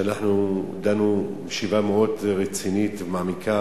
כשדנו בישיבה מאוד רצינית ומעמיקה